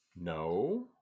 No